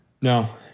No